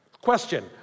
Question